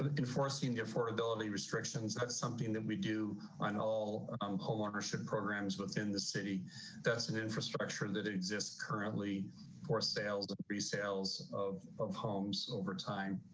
enforcing the affordability restrictions, that's something that we do on all um homeownership programs within the city that's an infrastructure that exists currently for sales resales of of homes over time.